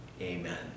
amen